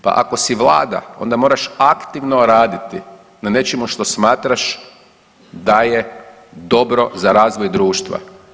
Pa ako si vlada onda moraš aktivno raditi na nečemu što smatraš da je dobro za razvoj društva.